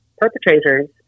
perpetrators